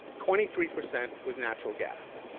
twenty three percent was natural gas.